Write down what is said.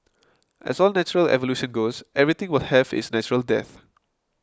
as all natural evolution goes everything will have its natural death